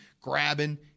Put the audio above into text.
grabbing –